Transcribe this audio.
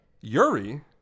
Yuri